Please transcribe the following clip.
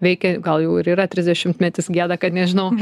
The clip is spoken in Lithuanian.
veikia gal jau ir yra trisdešimtmetis gėda kad nežinau